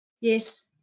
Yes